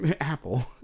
Apple